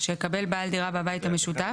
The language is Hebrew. שיקבל בעל דירה בבית המשותף,